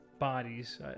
bodies